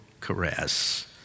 caress